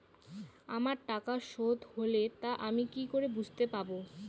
আমার টাকা শোধ হলে তা আমি কি করে বুঝতে পা?